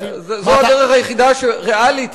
זו הדרך היחידה הריאלית,